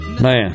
man